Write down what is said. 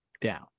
down